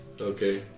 Okay